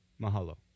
Mahalo